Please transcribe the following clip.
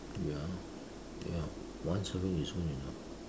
ya ya once a week is good enough